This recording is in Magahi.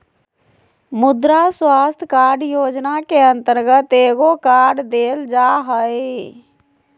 मुद्रा स्वास्थ कार्ड योजना के अंतर्गत एगो कार्ड देल जा हइ